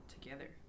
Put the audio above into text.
together